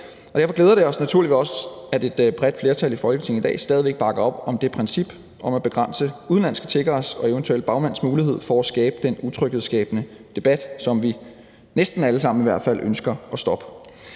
Derfor glæder det os naturligvis også, at et bredt flertal i Folketinget i dag stadig væk bakker op om princippet om at begrænse udenlandske tiggeres og eventuelle bagmænds mulighed for at skabe den utryghedsskabende tilstand, som vi næsten alle sammen ønsker at stoppe.